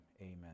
amen